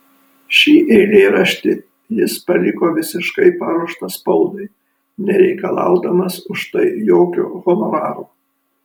šį eilėraštį jis paliko visiškai paruoštą spaudai nereikalaudamas už tai jokio honoraro